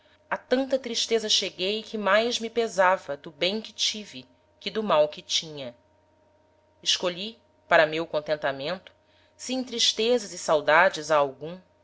a tanta tristeza cheguei que mais me pesava do bem que tive que do mal que tinha escolhi para meu contentamento